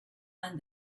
and